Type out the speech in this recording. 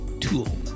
tool